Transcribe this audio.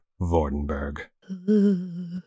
Vordenberg